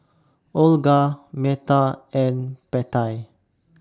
Olga Metta and Pattie